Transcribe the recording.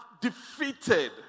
defeated